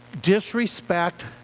Disrespect